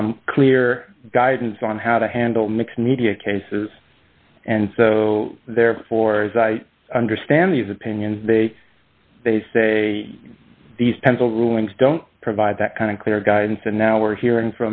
of clear guidance on how to handle mixed media cases and so therefore as i understand these opinions they they say these pencil rulings don't provide that kind of clear guidance and now we're hearing